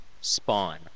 Spawn